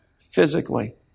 physically